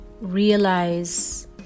realize